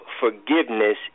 forgiveness